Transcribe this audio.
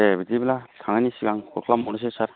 दे बिदिब्ला थांनायनि सिगां क'ल खालामहरनोसै सार